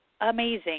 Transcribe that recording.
amazing